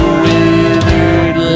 withered